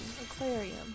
aquarium